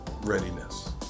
readiness